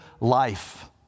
life